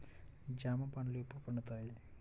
జామ పండ్లు ఎప్పుడు పండుతాయి?